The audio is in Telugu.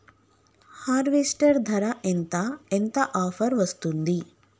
హార్వెస్టర్ ధర ఎంత ఎంత ఆఫర్ వస్తుంది?